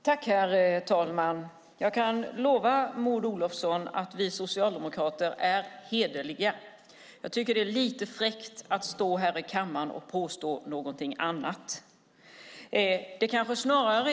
Herr talman! Jag kan lova Maud Olofsson att vi socialdemokrater är hederliga. Det är lite fräckt att stå här i kammaren och påstå något annat.